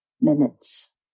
minutes